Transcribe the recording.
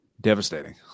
devastating